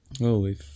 Holy